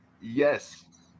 yes